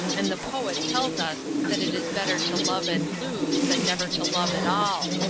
and the poet tells us that it is better to love and lose than never to love at all.